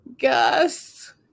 Gus